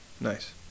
Nice